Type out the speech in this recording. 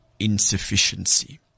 Insufficiency